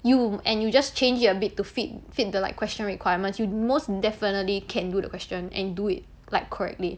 you and you just change it a bit to fit fit the like question requirements you most definitely can do the question and do it like correctly